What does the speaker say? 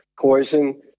poison